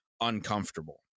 uncomfortable